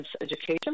education